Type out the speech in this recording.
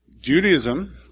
Judaism